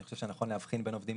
אני חושב שנכון להבחין בין עובדים